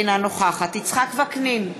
אינה נוכחת יצחק וקנין,